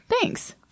Thanks